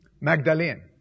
Magdalene